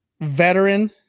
veteran –